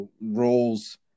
roles